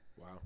Wow